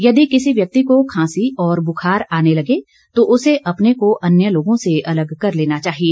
यदि किसी व्यक्ति को खांसी और बुखार आने लगे तो उसे अपने को अन्य लोगों से अलग कर लेना चाहिए